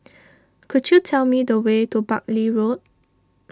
could you tell me the way to Buckley Road